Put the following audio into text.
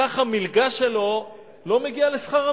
סך המלגה שלו לא מגיע לשכר המינימום,